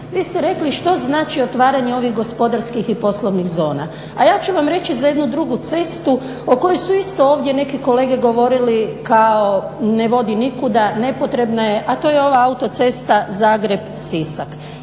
Vi ste rekli što znači otvaranje ovih gospodarskih i poslovnih zona. A ja ću vam reći za jednu drugu cestu o kojoj su isto ovdje neke kolege govorili, kao ne vodi nikuda, ne potrebna je, a to je ova autocesta Zagreb-Sisak.